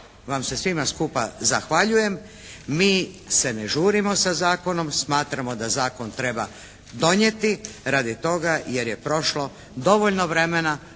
vam se svima skupa zahvaljujem. Mi se ne žurimo sa zakonom. Smatramo da zakon treba donijeti, radi toga jer je prošlo dovoljno vremena